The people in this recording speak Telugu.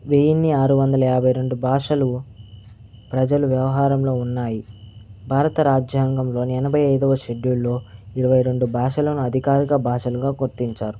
వెయ్యిన్ని ఆరు వందల యాభై రెండు భాషలు ప్రజలు వ్యవహారంలో ఉన్నాయి భారత రాజ్యాంగంలోని ఎనభై అయిదవ షెడ్యూల్లో ఇరవై రెండు భాషలను అధికారిక భాషలుగా గుర్తించారు